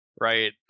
right